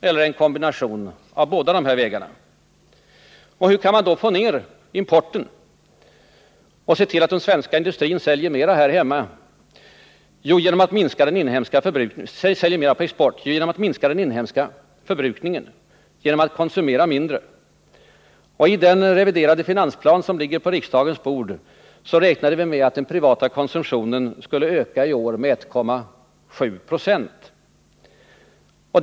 En kombination av båda de här vägarna är också möjlig. Hur kan man då få ner importen och se till att den svenska industrin säljer mer på export? Jo, genom att minska den inhemska förbrukningen, genom att konsumera mindre. I den reviderade finansplan som ligger på riksdagens bord räknade vi med att den privata konsumtionen i år skulle öka med 1,7 90.